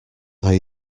are